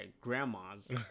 grandma's